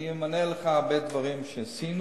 אני אמנה לך הרבה דברים שעשינו,